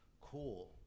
cool